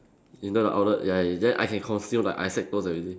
you know the outlet ya is then I can conceal the Isaac toast already